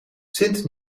sint